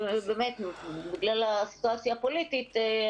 בגלל הסיטואציה הפוליטית,